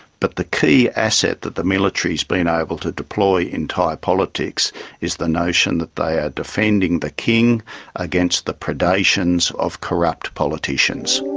but the key asset that the military has but been able to deploy in thai politics is the notion that they are defending the king against the predations of corrupt politicians.